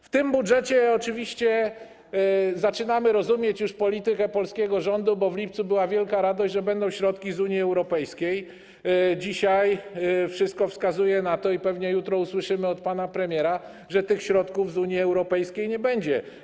Po tym budżecie oczywiście zaczynamy rozumieć już politykę polskiego rządu: w lipcu była wielka radość, że będą środki z Unii Europejskiej, dzisiaj wszystko wskazuje na to, i pewnie jutro usłyszymy to od pana premiera, że tych środków z Unii Europejskiej nie będzie.